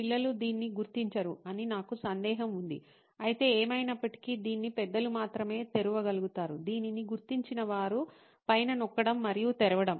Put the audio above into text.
పిల్లలు దీన్ని గుర్తించరు అని నాకు సందేహం ఉంది అయితే ఏమైనప్పటికీ దీన్ని పెద్దలు మాత్రమే తెరవగలుగుతారు దీనిని గుర్తించిన వారు పైన నొక్కడం మరియు తెరవడం